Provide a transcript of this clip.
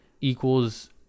equals